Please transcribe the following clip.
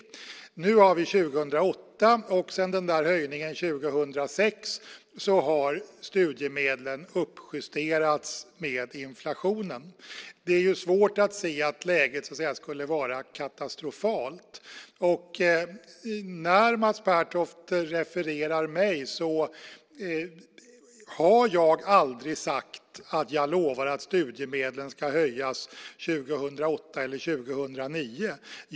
Nu har vi 2008, och sedan höjningen 2006 har studiemedlen uppjusterats med inflationen. Det är därför svårt att se att läget skulle vara katastrofalt. När Mats Pertoft refererar vad jag sagt vill jag nämna att jag aldrig sagt att jag lovar att studiemedlen ska höjas 2008 eller 2009.